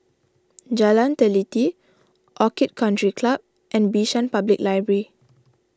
Jalan Teliti Orchid Country Club and Bishan Public Library